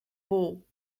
bol